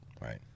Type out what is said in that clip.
Right